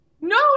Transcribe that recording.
no